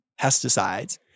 pesticides